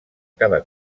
cada